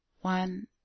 one